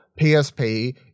PSP